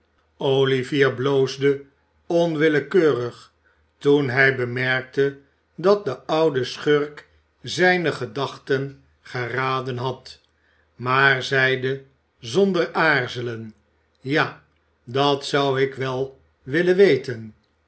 olivier bloosde onwillekeurig toen hij bemerkte dat de oude schurk zijne gedachten geraden had maar zeide zonder aarzelen ja dat zou ik wel willen weten